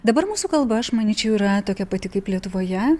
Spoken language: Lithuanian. dabar mūsų kalba aš manyčiau yra tokia pati kaip lietuvoje